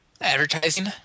advertising